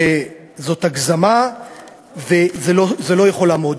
זאת הגזמה וזה לא יכול לעמוד.